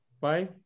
bye